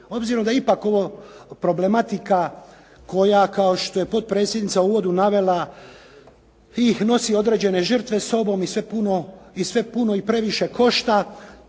obzirom da je ipak ovo problematika koja kao što je potpredsjednica u uvodu navela i nosi određene žrtve sa sobom i sve puno i previše košta